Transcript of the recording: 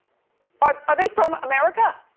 are are they from america,